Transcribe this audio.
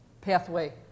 pathway